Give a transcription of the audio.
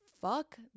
fuck